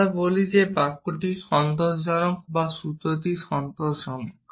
আমরা বলি যে বাক্যটি সন্তোষজনক বা সূত্রটি সন্তোষজনক